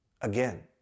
Again